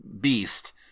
beast